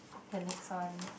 the next one